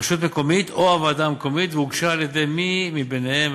הרשות המקומית או הוועדה המקומית והוגשה על-ידי מי מביניהן,